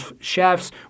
chefs